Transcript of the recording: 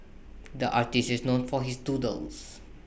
the artist is known for his doodles